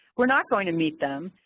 we are not going to meet them,